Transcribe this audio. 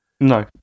No